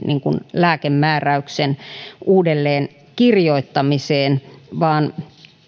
lääkemääräyksen uudelleenkirjoittamiseen vaan